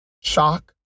Shock